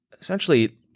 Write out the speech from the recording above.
essentially